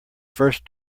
first